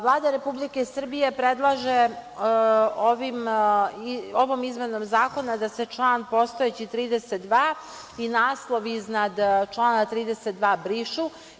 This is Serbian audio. Vlada Republike Srbije predlaže ovom izmenom zakona da se postojeći član 32. i naslov iznad člana 32. brišu.